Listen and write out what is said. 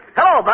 Hello